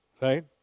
Right